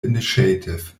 initiative